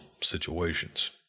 situations